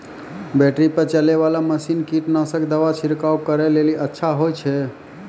Battery पर चलै वाला मसीन कीटनासक दवा छिड़काव करै लेली अच्छा होय छै?